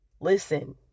Listen